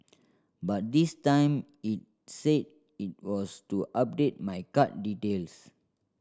but this time it said it was to update my card details